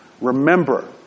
remember